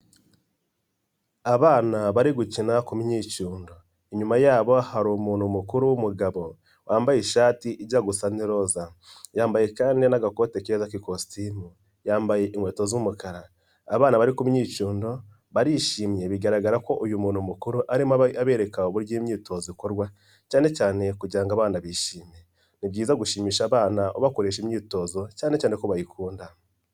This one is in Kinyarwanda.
Abana bari gukina ku myicundo, inyuma yabo hari umuntu mukuru w'umugabo, wambaye ishati ijya gusa n'iroza, yambaye kandi n'agakote keza k'ikositimu, yambaye inkweto z'umukara, abana bari ku myicundo barishimye, bigaragara ko uyu muntu mukuru arimo abereka uburyo imyitozo ikorwa, cyane cyane kugira ngo abana bishime, ni byiza gushimisha abana ubakoresha imyitozo, cyane cyane ko bayikunda.